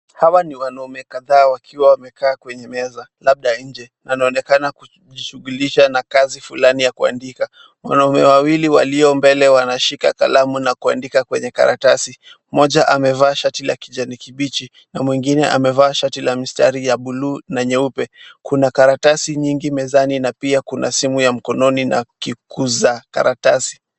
Hawa ni wanaume kadhaa wakiwa wamekaa kwenye meza labda nje wanaonekana kujishugulisha na kazi fulani ya kuandika. Wanaume wawili walio mbele wanashika kalamu na kuandika kwenye karatasi. Mmoja amevaa shati la kijani kibichi na mwengine amevaa shati la mistari ya buluu na nyeupe. Kuna karatasi nyingi mezani na pia kuna simu ya mkononi na kikuzaa karatasi.